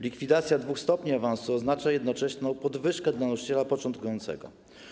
Likwidacja dwóch stopni awansu oznacza jednocześnie podwyżkę dla nauczyciela początkującego.